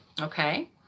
Okay